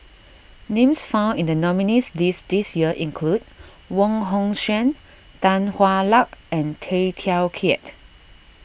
names found in the nominees' list this year include Wong Hong Suen Tan Hwa Luck and Tay Teow Kiat